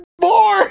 more